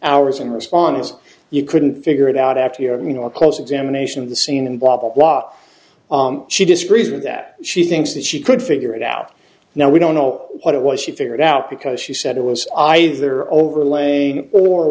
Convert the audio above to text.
hours in response you couldn't figure it out after your mean or close examination of the scene and blah blah blah she disagrees with that she thinks that she could figure it out now we don't know what it was she figured out because she said it was either overlaying or